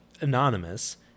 anonymous